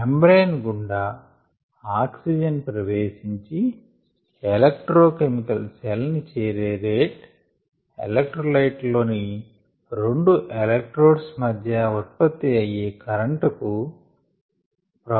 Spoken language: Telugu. మెంబ్రేన్ గుండా ఆక్సిజన్ ప్రవేశించి ఎలెక్ట్రో కెమికల్ సెల్ ని చేరే రేట్ ఎలెక్ట్రోలైట్ లోని రెండు ఎలెక్ట్రోడ్స్ మధ్య ఉత్పత్తి అయ్యే కరెంట్ కు అనులోమము గా ఉండును